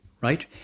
right